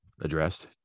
addressed